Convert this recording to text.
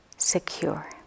Secure